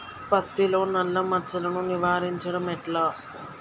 పత్తిలో నల్లా మచ్చలను నివారించడం ఎట్లా?